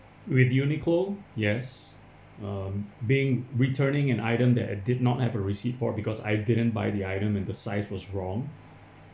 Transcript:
with Uniqlo yes um being returning an item that I did not have a receipt for because I didn't buy the item and the size was wrong